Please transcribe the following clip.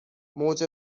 موج